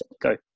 go